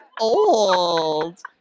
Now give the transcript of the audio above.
old